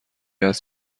است